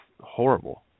horrible